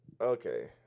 Okay